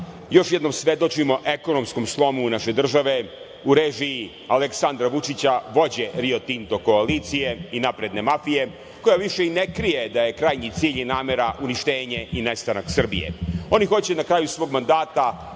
još jednom svedočimo ekonomskom slomu naše države u režiji Aleksandra Vučića, vođe Rio Tinto koalicije i napredne mafije koja više i ne krije da je krajnji cilj i namera uništenje i nestanak Srbije. Oni hoće na kraju svog mandata,